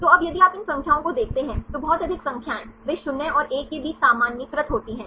तो अब यदि आप इन संख्याओं को देखते हैं तो बहुत अधिक संख्याएँ वे 0 और 1 के बीच सामान्यीकृत होती हैं